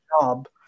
job